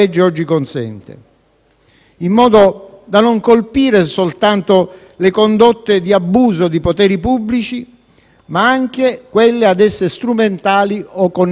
in modo da colpire non soltanto le condotte di abuso di poteri pubblici, ma anche quelle ad esse strumentali o connesse.